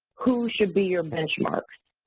who should be your benchmark.